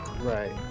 Right